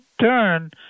turn